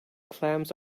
clams